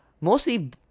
mostly